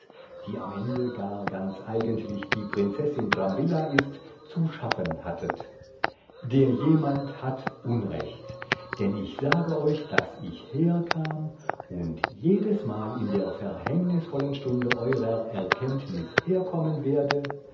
die am ende gar ganz eigentlich die prinzessin brambilla ist zu schaffen hattet der jemand hat unrecht denn ich sage euch daß ich herkam und jedesmal in der verhängnisvollen stunde eurer erkenntnis herkommen werde